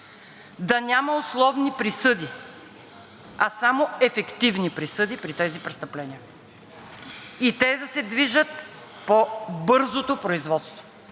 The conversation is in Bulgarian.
да няма условни присъди, а само ефективни присъди при тези престъпления и те да се движат по бързото производство,